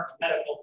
medical